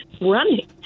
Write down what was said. running